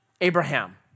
Abraham